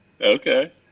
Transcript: Okay